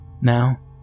Now